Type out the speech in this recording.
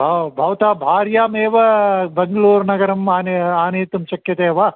bow भवतः भार्यामेव बेङ्गळूरुनगरम् आने आनेतुं शक्यते वा